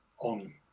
On